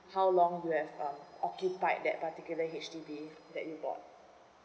how long you have uh occupied that particular H_D_B that you bought